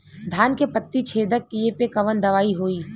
धान के पत्ती छेदक कियेपे कवन दवाई होई?